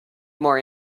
more